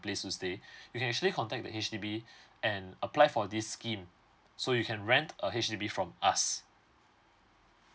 place to stay you can actually contact the H_D_B and apply for this scheme so you can rent a H_D_B from us